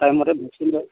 time মতে vaccine